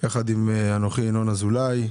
יחד עם אנוכי, ינון אזולאי.